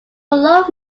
love